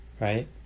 right